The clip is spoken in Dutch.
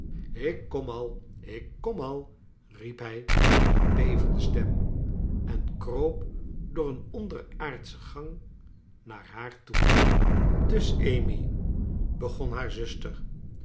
kom al ik kom al riep hij met bevende stem en kroop door een onderaardsche gang naar haar toe dus amy begon haar zuster